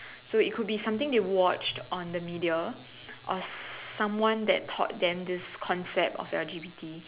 so it could be something they watch on the media or someone that taught them this concept of the D_V_D